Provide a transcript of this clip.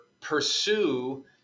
pursue